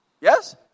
Yes